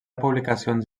publicacions